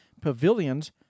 Pavilions